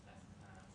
חשובה,